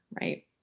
right